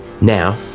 Now